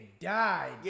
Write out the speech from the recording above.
died